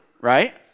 Right